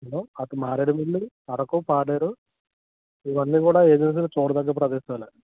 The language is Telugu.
హలో అటు మారేడుమిల్లి అరకు పాములేరు ఇవన్నీ కూడా ఏజెన్సీలు చూడ దగ్గ ప్రదేశాలు